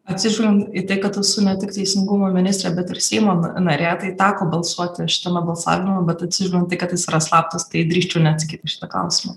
atsižvelgiant į tai kad esu ne tik teisingumo ministrė bet ir seimo narė tai teko balsuoti šitame balsavime bet atsižvelgiant į tai kad jis yra slaptas tai drįsčiau neatsakyt į šitą klausimą